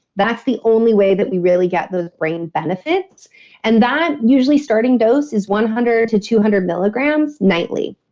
that's the only way that we really get those brain benefits and that usually starting dose is one hundred to two hundred milligrams nightly.